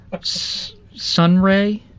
Sunray